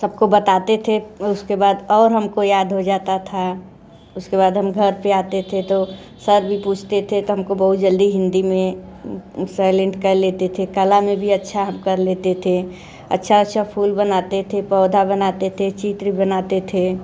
सबको बताते थे उसके बाद और हम को याद हो जाता था उसके बाद हम घर पर आते थे तो सर भी पूछते थे तो हम को बहुत जल्दी हिंदी में साइलेंट कर लेते थे कला में भी अच्छा हम कर लेते थे अच्छा अच्छा फूल बनाते थे पौधा बनाते थे चित्र बनाते थे